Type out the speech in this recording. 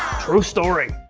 true story!